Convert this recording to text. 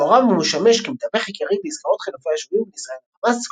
מעורב ומשמש כמתווך עיקרי בעסקאות חילופי השבויים בין ישראל לחמאס,